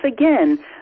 again